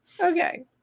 Okay